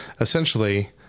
essentially